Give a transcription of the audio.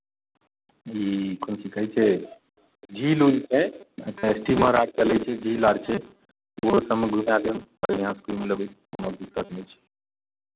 ई कोन चीज कहै छै झील उल छै ओतहि स्टीमर आर चलै छै झील आर छै ओहो सभमे घुमा देब बढ़िआँसँ घुमि लेबै कोनो दिक्कत नहि छै